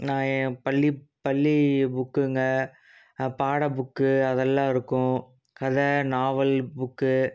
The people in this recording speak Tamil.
நான் என் பள்ளிப் பள்ளி புக்குங்க பாடப்புக்கு அதெல்லாம் இருக்கும் கதை நாவல் புக்கு